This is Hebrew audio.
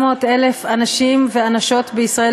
700,000 אזרחיות ואזרחי